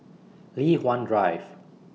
Li Hwan Drive